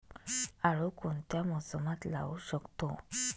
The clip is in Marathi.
आळू कोणत्या मोसमात लावू शकतो?